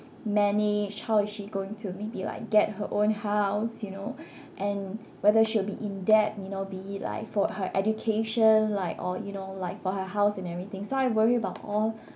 manage how is she going to maybe like get her own house you know and whether she'll be in debt you know be it like for her education like or you know like for her house and everything so I worry about all